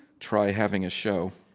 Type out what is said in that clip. try having a show.